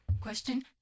Question